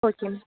okay ma'am